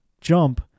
jump